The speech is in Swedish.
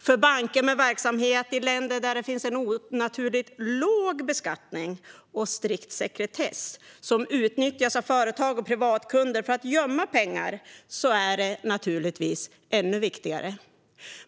För banker med verksamhet i länder där det är en onaturligt låg beskattning och strikt sekretess, som utnyttjas av företag och privatkunder för att gömma pengar, är det naturligtvis ännu viktigare.